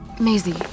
Maisie